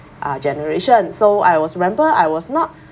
uh generation so I was remember I was not